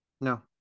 No